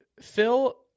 Phil